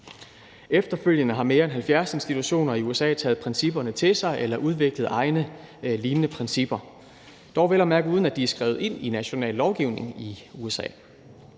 Efterfølgende har mere end 70 institutioner i USA taget principperne til sig eller udviklet egne lignende principper, dog vel at mærke uden at de er skrevet ind i national lovgivning i USA.